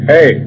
Hey